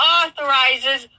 authorizes